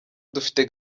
dufite